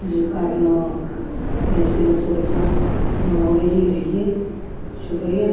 ਜੇ ਕਾਰਨ ਵੀ ਅਸੀਂ ਹੋਰ ਤੁਹਾਡੇ ਤੋਂ ਮੰਗਵਾਉਂਦੇ ਹੀ ਰਹੀਏ ਸ਼ੁਕਰੀਆ